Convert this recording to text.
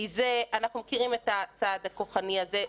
כי אנחנו מכירים את הצעד הכוחני הזה,